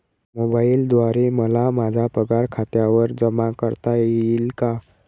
मोबाईलद्वारे मला माझा पगार खात्यावर जमा करता येईल का?